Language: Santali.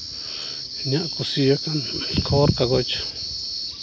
ᱤᱧᱟᱹᱜ ᱠᱩᱥᱤᱭᱟᱠᱟᱱ ᱠᱷᱚᱵᱚᱨ ᱠᱟᱜᱚᱡᱽ